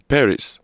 Paris